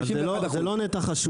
51%. זה לא נתח השוק,